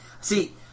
See